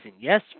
Yes